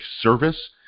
service